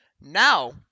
Now